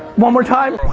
one more time.